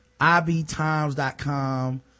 ibtimes.com